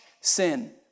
sin